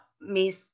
Miss